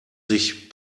sich